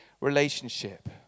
relationship